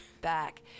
back